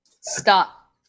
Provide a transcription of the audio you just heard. Stop